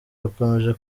bakomeje